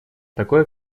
такое